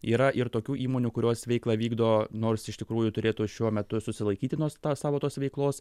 yra ir tokių įmonių kurios veiklą vykdo nors iš tikrųjų turėtų šiuo metu susilaikyti nuo savo tos veiklos